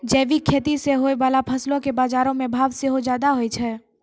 जैविक खेती से होय बाला फसलो के बजारो मे भाव सेहो ज्यादा होय छै